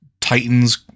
Titans